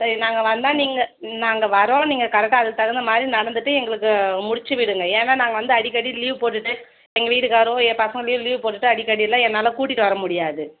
சரி நாங்கள் வந்தால் நீங்கள் நாங்கள் வரோம் நீங்கள் கரெக்டாக அதுக்கு தகுந்த மாதிரி நடந்துகிட்டு எங்களுக்கு முடித்து விடுங்க ஏன்னால் நாங்கள் வந்து அடிக்கடி லீவு போட்டுவிட்டு எங்கள் வீட்டுகாரரோ என் பசங்களையோ லீவு போட்டுவிட்டு அடிக்கடியெலாம் என்னால் கூட்டிகிட்டு வர முடியாது